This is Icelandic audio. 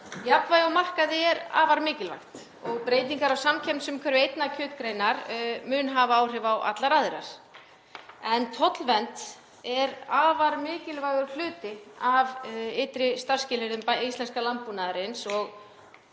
Jafnvægi á markaði er afar mikilvægt og breytingar á samkeppnisumhverfi einnar kjötgreinar mun hafa áhrif á allar aðrar. Tollvernd er afar mikilvægur hluti af ytri starfsskilyrðum íslenskan landbúnaðarins.